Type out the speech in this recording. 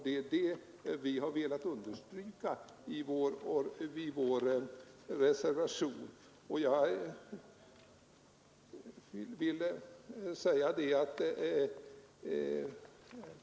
Det är detta vi har velat understryka i vår reservation.